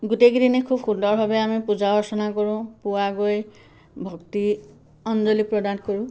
গোটেইকেইদিনে আমি খুব সুন্দৰভাৱে পূজা অৰ্চনা কৰোঁ পুৱা গৈ ভক্তি অঞ্জলি প্ৰদান কৰোঁ